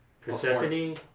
Persephone